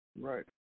Right